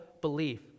belief